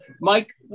Mike